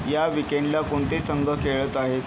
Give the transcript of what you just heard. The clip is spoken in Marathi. या विकेंडला कोणते संघ खेळत आहेत